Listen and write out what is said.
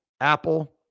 Apple